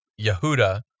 Yehuda